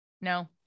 No